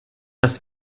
das